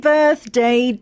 Birthday